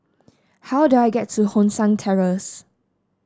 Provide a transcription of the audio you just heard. how do I get to Hong San Terrace